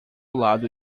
lado